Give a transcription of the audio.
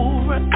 Over